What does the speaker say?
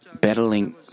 battling